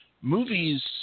movies